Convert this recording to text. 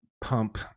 pump